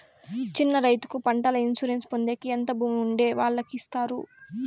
చిన్న రైతుకు పంటల ఇన్సూరెన్సు పొందేకి ఎంత భూమి ఉండే వాళ్ళకి ఇస్తారు?